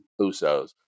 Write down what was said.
Usos